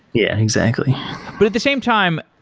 yeah, exactly but at the same time,